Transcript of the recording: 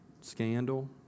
scandal